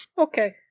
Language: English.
Okay